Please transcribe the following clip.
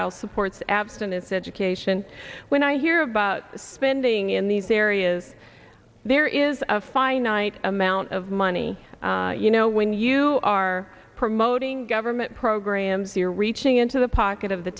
aisle supports abstinence education when i hear about spending in these areas there is a finite amount of money you know when you are promoting government programs you're reaching into the pocket of the